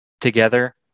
together